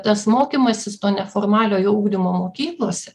tas mokymasis to neformaliojo ugdymo mokyklose